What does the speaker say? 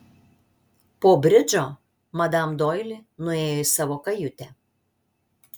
po bridžo madam doili nuėjo į savo kajutę